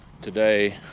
today